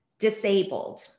disabled